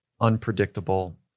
unpredictable